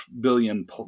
billion